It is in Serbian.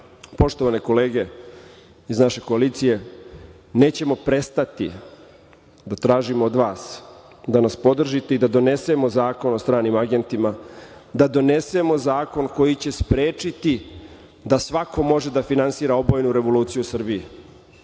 poštovane kolege iz naše koalicije nećemo prestati da tražimo od vas da nas podržite i da donesemo zakon o stranim agentima, da donesemo zakon koji će sprečiti da svako može da finansira obojenu revoluciju u Srbiji. Ako